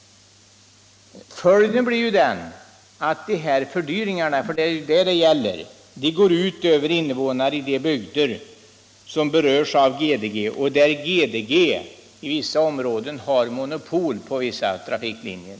Följden blir ju att fördyringarna — för det är detta det gäller — går ut över invånarna i de bygder som berörs av GDG och där GDG har monopol på vissa trafiklinjer.